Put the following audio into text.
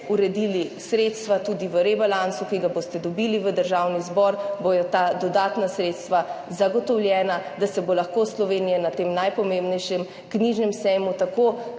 uredili sredstva, tudi v rebalansu, ki ga boste dobili v Državni zbor, bodo ta dodatna sredstva zagotovljena, da se bo lahko Slovenija na tem najpomembnejšem knjižnem sejmu, ki